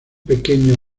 pequeño